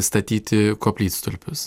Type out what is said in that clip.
statyti koplytstulpius